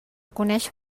conèixer